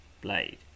blade